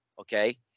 okay